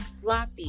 sloppy